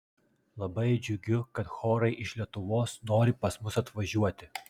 labai džiugiu kad chorai iš lietuvos nori pas mus atvažiuoti